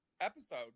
episode